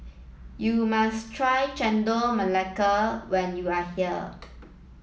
you must try Chendol Melaka when you are here